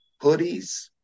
hoodies